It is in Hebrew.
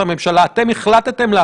האם הכנסת צריכה